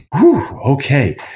okay